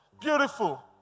beautiful